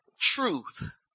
truth